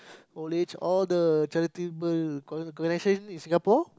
old age all the charitable organization in Singapore